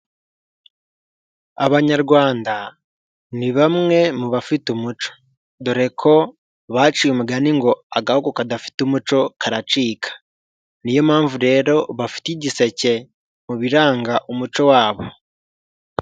Abanyarwanda ni bamwe mu bafite umuco, dore ko baciye umugani ngo agahugu kadafite umuco karacika, niyo mpamvu rero bafite igiseke mu biranga umuco wabo.